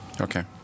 Okay